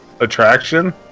attraction